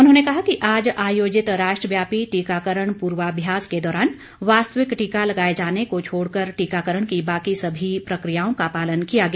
उन्होंने कहा कि आज आयोजित राष्ट्रव्यापी टीकाकरण पूर्वाभ्यास के दौरान वास्तविक टीका लगाए जाने को छोडकर टीकाकरण की बाकि सभी प्रकियाओं का पालन किया गया